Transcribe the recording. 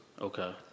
Okay